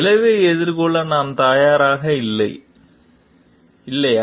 விளைவை எதிர்கொள்ள நாம் தயாரா இல்லையா